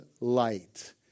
light